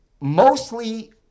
mostly